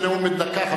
זה נאום בן דקה.